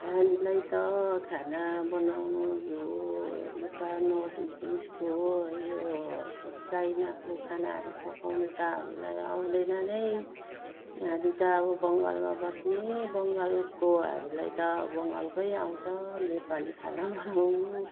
हामीलाई त खाना बनाउनु यो उता नर्थ इस्ट उइसको हो यो के अरे चाइनाको खानाहरू पकाउनु त हामीलाई आउँदैन नै हामी त अब बङ्गालमा बस्ने बङ्गालको हामीलाई त बङ्गालकै आउँछ नेपाली खाना बनाउनु